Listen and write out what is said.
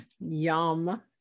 Yum